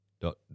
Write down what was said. Dot